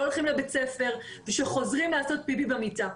הולכים לבית ספר ושחוזרים לעשות פיפי במיטה,